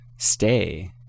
stay